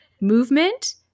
movement